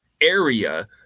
area